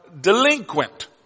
delinquent